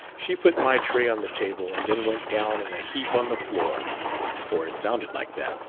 she put my tray on the table, and then went down in a heap on the floor or it sounded like that.